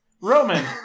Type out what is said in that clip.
Roman